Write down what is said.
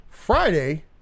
Friday